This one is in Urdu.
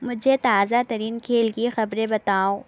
مجھے تازہ ترین کھیل کی خبریں بتاؤ